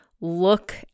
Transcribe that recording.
look